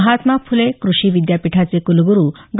महात्मा फुले कृषि विद्यापीठाचे कुलगुरु डॉ